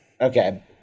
Okay